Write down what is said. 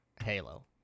Halo